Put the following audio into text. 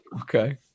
okay